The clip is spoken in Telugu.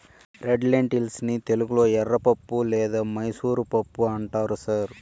రెడ్ లెన్టిల్స్ ని తెలుగులో ఎర్రపప్పు లేదా మైసూర్ పప్పు అంటారు సార్